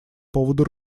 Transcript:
поводу